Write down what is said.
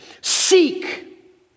seek